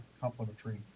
complimentary